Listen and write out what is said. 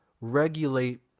regulate